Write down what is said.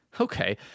Okay